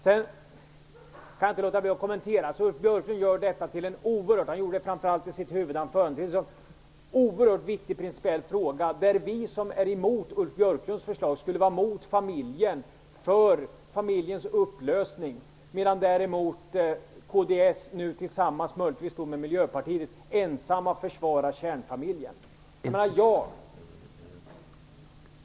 Jag kan inte låta bli att kommentera att Ulf Björklund, framför allt i sitt huvudordförande, gjorde detta till en oerhört viktig principiell fråga. Vi som är emot Ulf Björklunds förslag skulle vara emot familjen och för familjens upplösning, medan däremot kds, nu möjligtvis tillsammans med Miljöpartiet, ensamma försvarar kärnfamiljen.